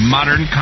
Modern